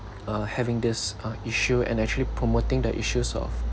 uh having this uh issue and actually promoting the issues of